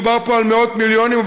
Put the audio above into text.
מדובר פה במאות מיליונים,